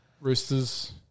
Roosters